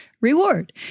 reward